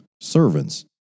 Servants